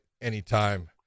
anytime